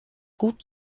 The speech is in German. gut